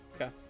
Okay